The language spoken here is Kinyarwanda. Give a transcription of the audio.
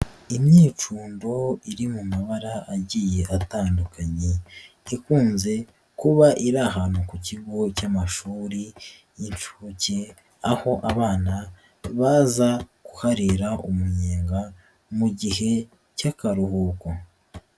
Imyicundo iri mu mabara agiye atandukanye ikunze kuba iri ahantu ku kigo cy'amashuri y'inshuke, aho abana baza kuharira umunyenga mu gihe cy'akaruhuko.